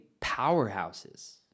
powerhouses